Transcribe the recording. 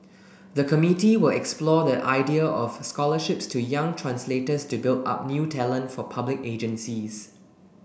the committee will explore the idea of scholarships to young translators to build up new talent for public agencies